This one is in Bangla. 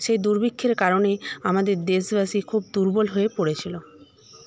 সে দুর্ভিক্ষের কারণে আমাদের দেশবাসী খুব দুর্বল হয়ে পড়েছিল